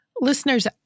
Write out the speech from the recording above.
listeners